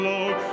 Lord